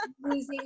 Losing